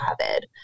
AVID